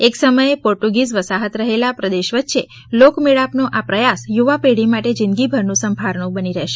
એક સમયે પોર્ટુગીઝ વસાહત રહેલા પ્રદેશ વચ્ચે લોકમેળાપનો આ પ્રયાસ યુવા પેઢી માટે જીંદગીભરનું સંભારણું બની રહેશે